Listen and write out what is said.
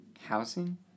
housing